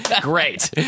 Great